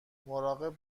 مراقب